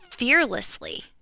fearlessly